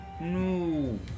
No